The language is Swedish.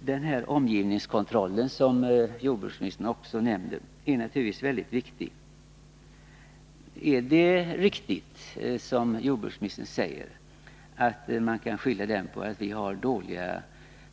Den omgivningskontroll som jordbruksministern också nämnde är naturligtvis väldigt viktig. Är det riktigt som jordbruksministern säger, att man kan skylla dess brister på att vi har dåliga